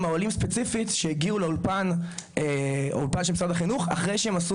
העולים ספציפית שהגיעו לאולפן של משרד החינוך אחרי שהם עשו